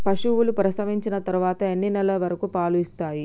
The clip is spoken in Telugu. పశువులు ప్రసవించిన తర్వాత ఎన్ని నెలల వరకు పాలు ఇస్తాయి?